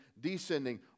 descending